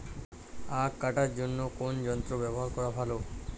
আঁখ কাটার জন্য কোন যন্ত্র ব্যাবহার করা ভালো?